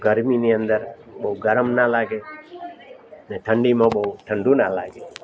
ગરમીની અંદર બહુ ગરમ ના લાગે અને ઠંડીમાં બહુ ઠંડુ ના લાગે